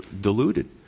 deluded